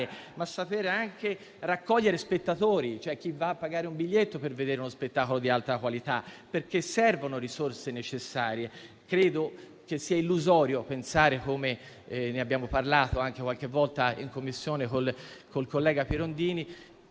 ma saper anche raccogliere spettatori, cioè chi paga un biglietto per vedere uno spettacolo di alta qualità. Le risorse sono necessarie e credo che sia illusorio pensare - ne abbiamo parlato qualche volta anche in Commissione con il collega Pirondini